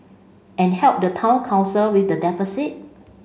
and help the Town Council with the deficit